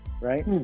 Right